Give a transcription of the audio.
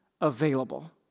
available